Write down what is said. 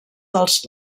dels